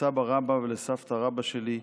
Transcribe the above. לסבא-רבא ולסבתא-רבתא שלי,